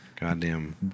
Goddamn